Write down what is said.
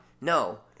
No